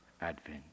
Advent